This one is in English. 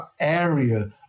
area